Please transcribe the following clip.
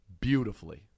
beautifully